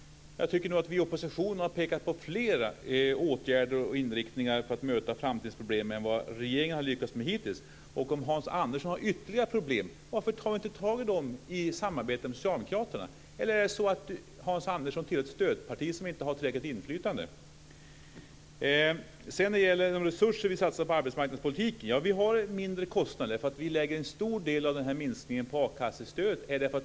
Jag tycker att vi i oppositionen har pekat på flera åtgärder och inriktningar för att möta framtidens problem än vad regeringen har lyckats med hittills. Om Hans Andersson har ytterligare problem, varför tar han inte tag i dem i samarbetet med Socialdemokraterna? Eller tillhör Hans Andersson ett stödparti som inte har tillräckligt inflytande? När det sedan gäller de resurser vi satsar på arbetsmarknadspolitiken har vi mindre kostnader därför att vi lägger en stor del av minskningen på akassestöd.